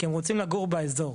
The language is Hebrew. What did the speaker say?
כי הם רוצים לגור באזור.